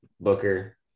Booker